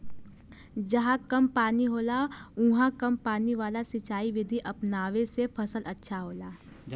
जहां कम पानी होला उहाँ कम पानी वाला सिंचाई विधि अपनावे से फसल अच्छा होला